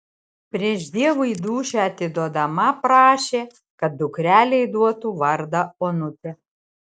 prieš dievui dūšią atiduodama prašė kad dukrelei duotų vardą onutė